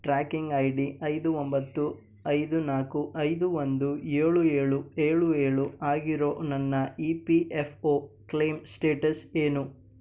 tracking I D ಐದು ಒಂಬತ್ತು ಐದು ನಾಲ್ಕು ಐದು ಒಂದು ಏಳು ಏಳು ಏಳು ಏಳು ಆಗಿರೊ ನನ್ನ E P F O claim status ಏನು